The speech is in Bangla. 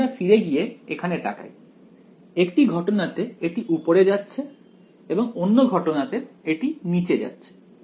তাই আমরা ফিরে গিয়ে এখানে তাকাই একটি ঘটনাতে এটি উপরে যাচ্ছে এবং অন্য ঘটনাতে এটি নিচে যাচ্ছে